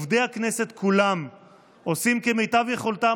עובדי הכנסת כולם עושים כמיטב יכולתם